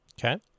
Okay